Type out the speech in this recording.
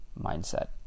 mindset